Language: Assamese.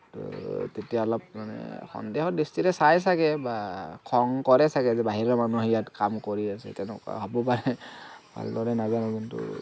ত' তেতিয়া অলপ মানে সন্দেহৰ দৃষ্টিৰে চাই চাগে বা খং কৰে চাগে যে বাহিৰৰ মানুহ আহি ইয়াত কাম কৰি আছে তেনেকুৱা হ'ব পাই ভালদৰে নাজানোঁ কিন্তু